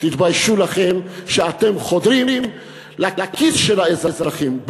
תתביישו לכם שאתם חודרים לכיס של האזרחים.